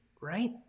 right